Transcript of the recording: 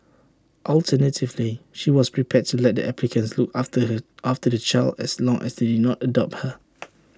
alternatively she was prepared to let the applicants look after her after the child as long as they did not adopt her